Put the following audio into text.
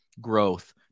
growth